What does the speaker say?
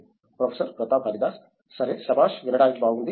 professor Pratap Haridas సరే శబాష్ వినడానికి బాగుంది